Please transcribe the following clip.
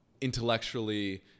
intellectually